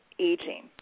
aging